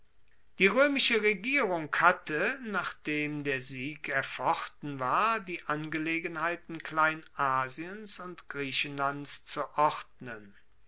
die roemische regierung hatte nachdem der sieg erfochten war die angelegenheiten kleinasiens und griechenlands zu ordnen